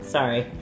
Sorry